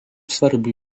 svarbių